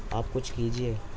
آپ کچھ کیجیے